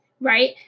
right